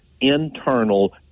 internal